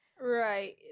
Right